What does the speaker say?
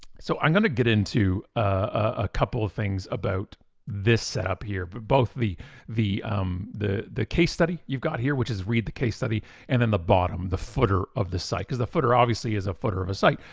so i'm gonna get into a couple of things about this setup here, but both the the um the case study you've got here which is read the case study and then the bottom, the footer of the site. cause the footer obviously is a footer of a site,